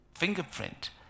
Fingerprint